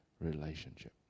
relationship